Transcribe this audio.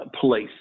place